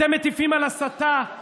אתם מטיפים על הסתה?